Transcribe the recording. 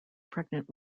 pregnant